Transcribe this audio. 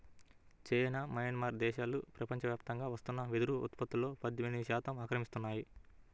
China, Myanmar దేశాలు ప్రపంచవ్యాప్తంగా వస్తున్న వెదురు ఉత్పత్తులో పద్దెనిమిది శాతం ఆక్రమిస్తున్నాయి